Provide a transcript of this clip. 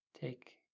Take